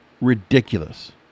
ridiculous